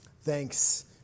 Thanks